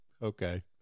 Okay